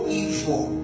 evil